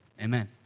amen